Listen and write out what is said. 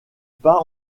pas